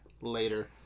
later